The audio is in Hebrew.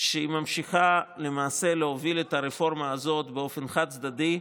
כשהיא ממשיכה למעשה להוביל את הרפורמה הזאת באופן חד-צדדי,